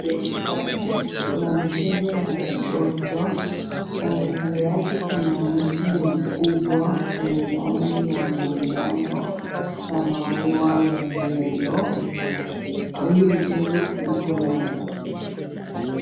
Uwanjani, kuna mchezo wa watoto, kando kando yake kuna mti mkubwa wenye rangi ya manjano na maua ya yellow . Hii mchezo kuna...